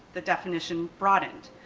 the definition broadened.